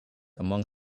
among